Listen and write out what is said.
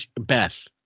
Beth